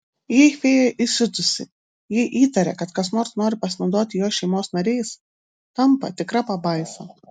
jei fėja įsiutusi jei įtaria kad kas nori pasinaudoti jos šeimos nariais tampa tikra pabaisa